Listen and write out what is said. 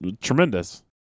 tremendous